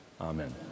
Amen